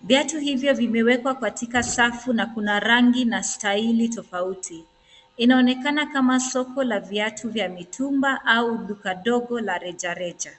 Viatu hivyo vimewekwa katika safu na kuna rangi na stahili tofauti. Inaonekana kama soko la viatu vya mitumba au duka dogo la rejareja.